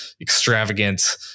extravagant